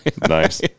Nice